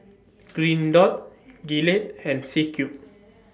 Green Dot Gillette and C Cube